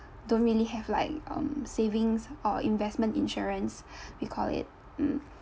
don't really have like um savings or investment insurance we call it mm